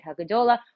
HaGadola